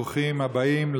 ברוכים הבאים,